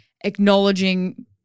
acknowledging